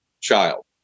child